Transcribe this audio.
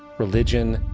religion.